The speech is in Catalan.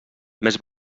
més